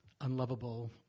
Unlovable